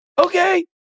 okay